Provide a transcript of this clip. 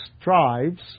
strives